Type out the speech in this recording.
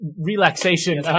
relaxation